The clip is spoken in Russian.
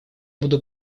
буду